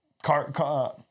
car